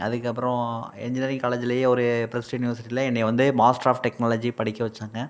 அதுக்கப்புறம் இன்ஜினியரிங் காலேஜுலையே ஒரு ப்ளஸ் டூ யுனிவர்சிட்டியில என்னையை வந்து மாஸ்டர் ஆஃப் டெக்னாலஜி படிக்க வச்சாங்க